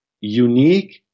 unique